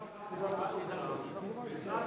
אתה פעם המלצת על מישהו שעכשיו אתה סובל ממנו.